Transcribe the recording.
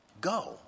go